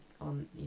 on